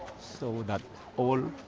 so that all